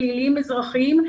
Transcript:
פליליים ואזרחיים,